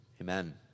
Amen